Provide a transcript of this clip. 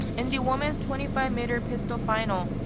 in the women's twenty five meter pistol final,